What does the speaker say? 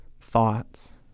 thoughts